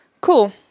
cool